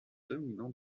dominant